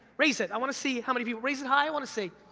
raise it, i wanna see how many of you, raise it high, i wanna see.